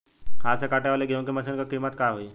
हाथ से कांटेवाली गेहूँ के मशीन क का कीमत होई?